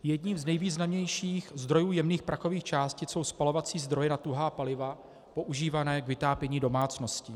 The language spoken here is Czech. Jedním z nejvýznamnějších zdrojů jemných prachových částic jsou spalovací zdroje na tuhá paliva používané k vytápění domácností.